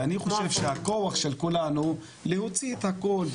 ואני חושב שהכוח של כולנו להוציא את הכל,